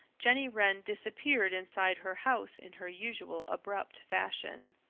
jenny wren disappeared inside her house in her usual abrupt fashion.